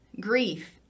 grief